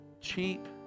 cheap